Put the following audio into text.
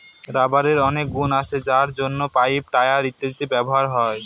রাবারের অনেক গুন আছে যার জন্য পাইপ, টায়ার ইত্যাদিতে ব্যবহার হয়